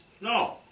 No